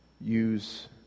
use